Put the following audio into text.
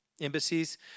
embassies